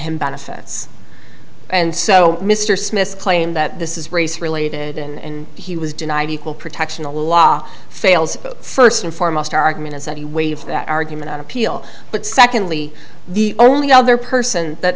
him benefits and so mr smith's claim that this is race related and he was denied equal protection the law fails first and foremost argument is that he waived that argument on appeal but secondly the only other person